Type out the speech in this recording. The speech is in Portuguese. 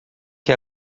que